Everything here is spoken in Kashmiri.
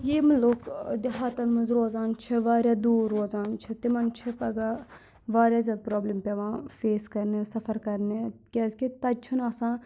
یِم لُکھ دِہاتَن منٛز روزان چھِ واریاہ دوٗر روزان چھِ تِمَن چھِ پَگاہ واریاہ زیادٕ پرابلِم پیٚوان فیس کَرنہٕ سفر کَرنہِ کیازکہِ تَتہِ چھُنہٕ آسان